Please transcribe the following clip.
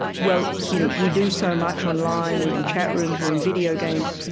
well, you know we do so much online. we're in chat rooms. we're in video games.